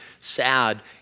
sad